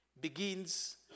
begins